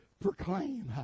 proclaim